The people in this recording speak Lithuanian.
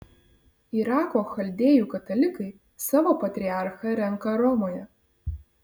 irako chaldėjų katalikai savo patriarchą renka romoje